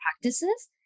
practices